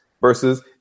versus